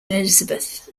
elizabeth